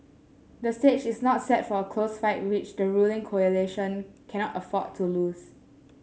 the stage is not set for a close fight which the ruling coalition cannot afford to lose